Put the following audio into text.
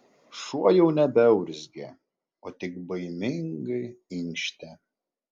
šuo jau nebeurzgė o tik baimingai inkštė